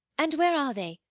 and where are they?